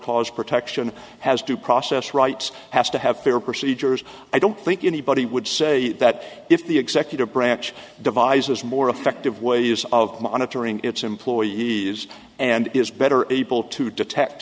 cause protection has due process rights has to have fair procedures i don't think anybody would say that if the executive branch devises more effective ways of monitoring its employees and is better able to detect